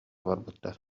барбыттар